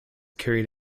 carried